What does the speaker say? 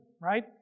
right